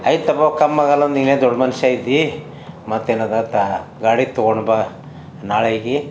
ಆಯ್ತಪ್ಪ ಕಮ್ಮಿ ಆಗಲ್ಲ ನೀನೇ ದೊಡ್ಡ ಮನುಷ್ಯಯಿದ್ದಿ ಮತ್ತೇನಿದೆ ತ ಗಾಡಿ ತೊಗೊಂಡು ಬಾ ನಾಳೆಗೆ